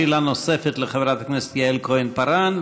שאלה נוספת לחברת הכנסת יעל כהן-פארן,